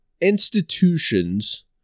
institutions